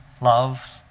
love